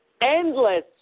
endless